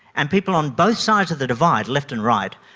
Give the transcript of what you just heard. and people on both sides of the divide, left and right,